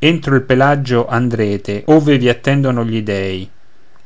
entro il palagio andrete ove vi attendono gli dèi